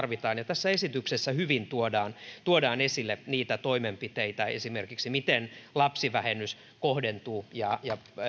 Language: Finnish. tarvitaan tässä esityksessä hyvin tuodaan tuodaan esille niitä toimenpiteitä ja sitä miten esimerkiksi tämä kohdentuu ja